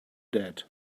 that